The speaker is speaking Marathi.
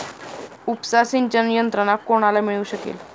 उपसा सिंचन यंत्रणा कोणाला मिळू शकेल?